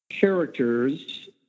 characters